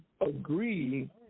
agree